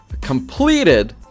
completed